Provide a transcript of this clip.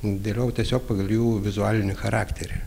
dėliojau tiesiog pagal jų vizualinį charakterį